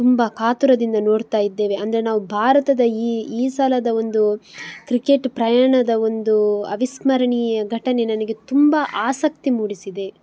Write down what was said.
ತುಂಬ ಕಾತುರದಿಂದ ನೋಡ್ತಾಯಿದ್ದೇವೆ ಅಂದರೆ ನಾವು ಭಾರತದ ಈ ಈ ಸಲದ ಒಂದು ಕ್ರಿಕೆಟ್ ಪ್ರಯಾಣದ ಒಂದು ಅವಿಸ್ಮರಣೀಯ ಘಟನೆ ನನಗೆ ತುಂಬ ಆಸಕ್ತಿ ಮೂಡಿಸಿದೆ